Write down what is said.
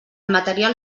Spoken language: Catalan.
material